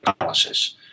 analysis